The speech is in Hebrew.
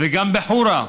וגם בחורה,